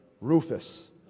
Rufus